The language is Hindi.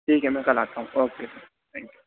ठीक है मैं कल आता हूँ ओके थैंक्यू